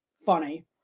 funny